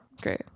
great